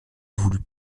voulut